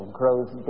grows